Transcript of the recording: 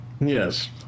Yes